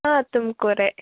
ಹಾಂ ತುಮ್ಕೂರೇ